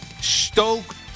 stoked